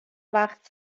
وقت